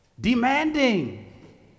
demanding